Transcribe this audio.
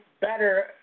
better